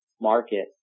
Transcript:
market